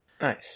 Nice